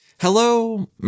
Hello